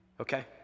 okay